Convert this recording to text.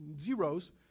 zeros